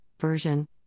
version